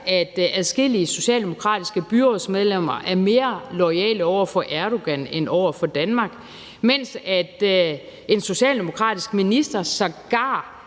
at adskillige socialdemokratiske byrådsmedlemmer er mere loyale over for Erdogan end over for Danmark, mens en socialdemokratisk minister sågar